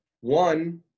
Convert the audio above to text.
One